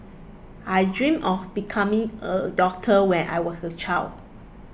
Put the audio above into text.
I dream of becoming a doctor when I was a child